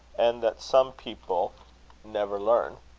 and that some people never learn.